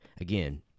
again